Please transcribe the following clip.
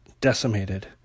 decimated